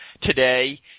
today